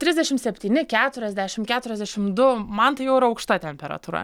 trisdešimt septyni keturiasdešimt keturiasdešimt du man tai jau yra aukšta temperatūra